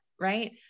right